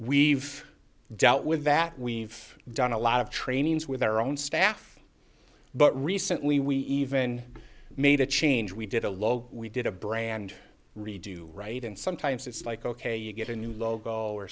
we've dealt with that we've done a lot of trainings with our own staff but recently we even made a change we did a low we did a brand redo right and sometimes it's like ok you get a new logo or